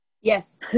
yes